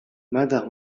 ماذا